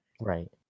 right